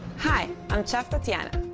hi. i'm chef tatiana.